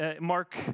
Mark